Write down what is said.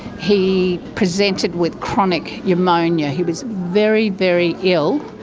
he presented with chronic pneumonia, he was very, very ill.